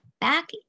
back